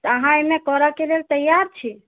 तऽ अहाँ एहिमे करऽके लेल तैआर छी